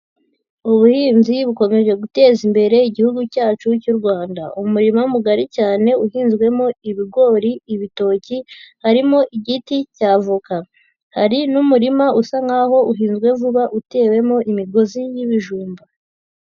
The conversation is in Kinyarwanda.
Ubuhinzi bukomeje guteza imbere Igihugu cyacu cy'u Rwanda. Umurima mugari cyane uhinzwemo ibigori, ibitoki, harimo igiti cya voka. Hari n'umurima usa nkaho uhinzwe vuba utewemo imigozi y'ibijumba.